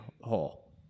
hole